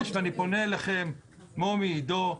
אני מבקש ואני פונה אליכם מומי ועידו,